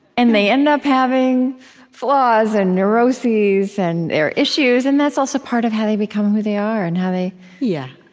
and they end up having flaws and neuroses and their issues, and that's also part of how they become who they are, and how they yeah,